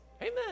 Amen